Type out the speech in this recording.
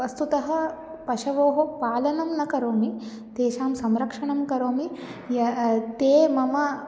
वस्तुतः पशोः पालनं न करोमि तेषां संरक्षणं करोमि ये ते मम